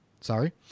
Sorry